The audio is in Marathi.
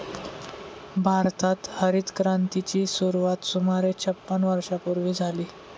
भारतात हरितक्रांतीची सुरुवात सुमारे छपन्न वर्षांपूर्वी झाली